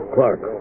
Clark